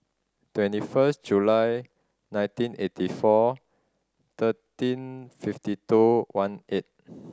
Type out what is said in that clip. twenty first July nineteen eighty four thirteen fifty two one eight